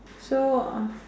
so uh